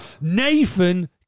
Nathan